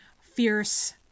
fierce